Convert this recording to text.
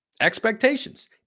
Expectations